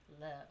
Love